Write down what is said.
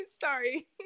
sorry